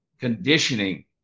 conditioning